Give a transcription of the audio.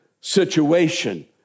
situation